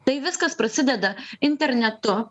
tai viskas prasideda internetu